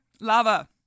Lava